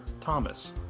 Thomas